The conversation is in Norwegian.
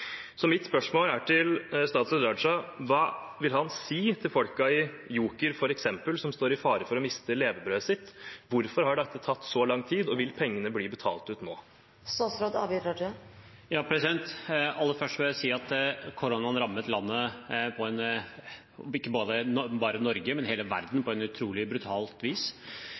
Så mitt spørsmål til statsråd Raja er: Hva vil han si til folka i Joker, f.eks., som står i fare for å miste levebrødet sitt? Hvorfor har dette tatt så lang tid, og vil pengene bli betalt ut nå? Aller først vil jeg si at koronaen har rammet landet – og ikke bare Norge, men hele verden – på utrolig brutalt vis.